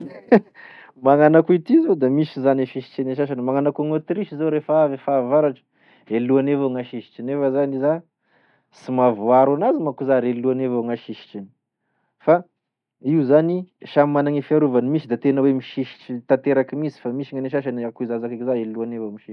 Magnano akoa ity zao da misy zany e fisitriane sasany, magnano ako gn'aotrisy zany rehefa avy e fahavaratry e lohany evao gn'asisitriny nefa zany iza sy maha voaaro enazy manko iza raha e lohany evao gn'asisitry fa io zany samy managne fiarovany misy da tena misisitry tanteraky minsy fa misy gn'ane sasany akoiza aniko za e lohany evao gne misisitry aminazy.